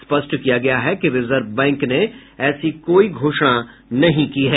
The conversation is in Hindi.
स्पष्ट किया गया है कि रिजर्व बैंक ने ऐसी कोई घोषणा नहीं की है